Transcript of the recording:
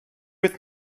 with